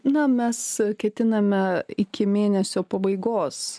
na mes ketiname iki mėnesio pabaigos